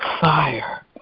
fire